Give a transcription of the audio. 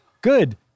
Good